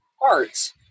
parts